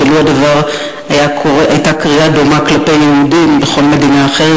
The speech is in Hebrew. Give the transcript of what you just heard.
שלו היתה קריאה דומה כלפי יהודים בכל מדינה אחרת,